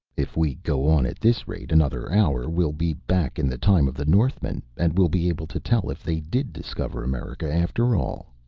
if we go on at this rate another hour we'll be back in the time of the northmen, and will be able to tell if they did discover america, after all.